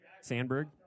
Sandberg